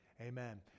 Amen